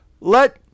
Let